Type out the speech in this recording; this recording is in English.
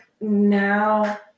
now